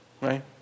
right